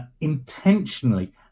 intentionally